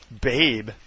Babe